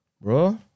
bro